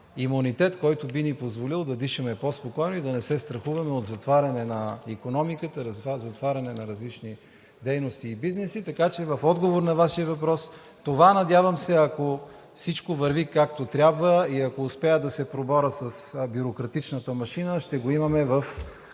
имунитет, който би ни позволил да дишаме по-спокойно и да не се страхуваме от затваряне на икономиката, затваряне на различни дейности и бизнеси. Така че в отговор на Вашия въпрос – това, надявам се, ако всичко върви, както трябва, и ако успея да се преборя с бюрократичната машина, ще го имаме в